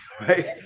right